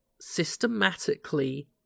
systematically